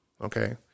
Okay